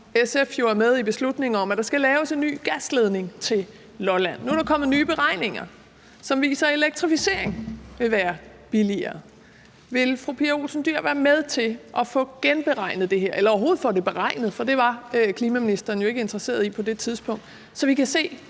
SF jo er med i beslutningen om, i forhold til at der skal laves en ny gasledning til Lolland. Nu er der kommet nye beregninger, som viser, at elektrificering vil være billigere. Vil fru Pia Olsen Dyhr være med til at få genberegnet det her eller overhovedet at få det beregnet – for det var klimaministeren jo ikke interesseret i på det tidspunkt – så vi kan se,